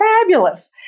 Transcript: fabulous